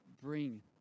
bring